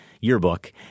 yearbook